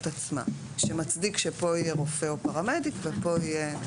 עצמה שמצדיק שפה יהיה רופא או פרמדיק ופה יהיה...